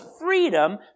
freedom